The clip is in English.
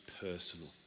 personal